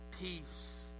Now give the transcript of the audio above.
peace